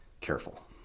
careful